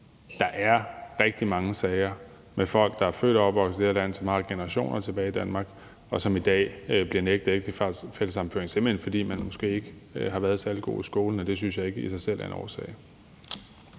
der er rigtig mange sager med folk, der er født og opvokset her i landet, som har været i generationer her i Danmark, og som i dag bliver nægtet ægtefællesammenføring, simpelt hen fordi man måske ikke har været særlig god i skolen, og det synes jeg ikke i sig selv kan være en årsag.